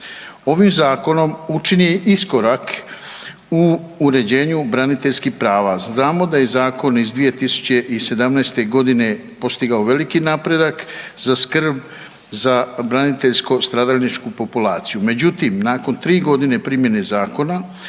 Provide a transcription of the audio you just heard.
Ovim zakonom učinjen je iskorak u uređenju braniteljskih prava. Znamo da je zakon iz 2017. postigao veliki napredak za skrb, za braniteljsko stradalničku populaciju. Međutim, nakon tri godine primjene zakona